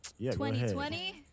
2020